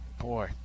Boy